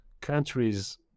countries